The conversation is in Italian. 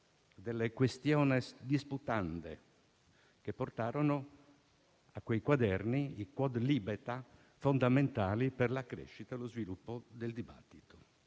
delle *quaestiones disputatae*, che portarono a quei quaderni *quodlibet*, fondamentali per la crescita e lo sviluppo del dibattito.